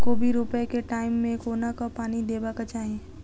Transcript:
कोबी रोपय केँ टायम मे कोना कऽ पानि देबाक चही?